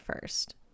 First